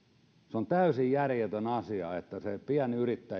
on täysin järjetön asia että se pienyrittäjä ei